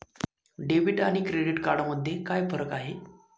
Debit आणि credit card मध्ये काय फरक आहे?